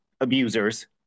abusers